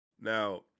Now